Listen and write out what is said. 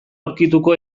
aurkituko